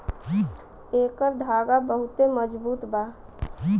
एकर धागा बहुते मजबूत बा